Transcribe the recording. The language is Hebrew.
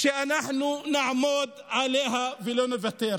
שאנחנו נעמוד עליה ולא נוותר.